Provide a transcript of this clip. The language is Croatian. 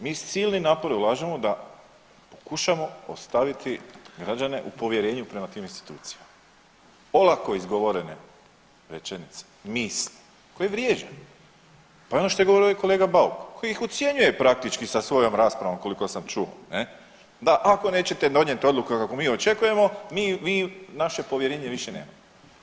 Mi silni napor ulažemo da pokušamo ostaviti građane u povjerenju prema tim institucijama, olako izgovorene rečenice, misli, koje vrijeđa, pa i ono što je govorio kolega Bauk koji ih ucjenjuje praktički sa svojom raspravom koliko sam čuo ne, da ako nećete donijet odluke kakve mi očekujemo mi, vi naše povjerenje više nemate.